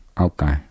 okay